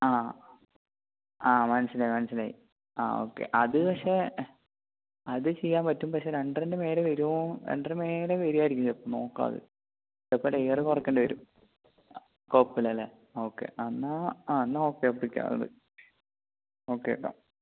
ആ ആ മനസ്സിലായി മനസ്സിലായി ആ ഓക്കെ അത് പക്ഷേ അത് ചെയ്യാൻ പറ്റും പക്ഷേ രണ്ടരേന്റെ മേലെ വരുമോ രണ്ടര മേലെ വരുമായിരിക്കും ചിലപ്പോൾ നോക്കാമത് ചിലപ്പോൾ ലെയറ് കുറക്കേണ്ടി വരും ആ കുഴപ്പമില്ല അല്ലേ ഓക്കെ എന്നാൽ എന്നാൽ ഓക്കെ ഒപ്പിക്കാമത് ഓക്കെ കേട്ടൊ